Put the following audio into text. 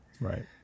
Right